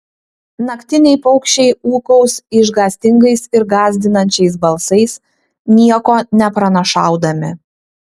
naktiniai paukščiai ūkaus išgąstingais ir gąsdinančiais balsais nieko nepranašaudami